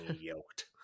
yoked